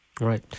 right